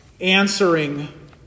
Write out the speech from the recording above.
answering